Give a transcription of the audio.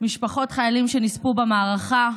משפחות חיילים שנספו במערכה,